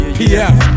pf